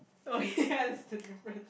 oh yes the difference